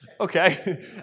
okay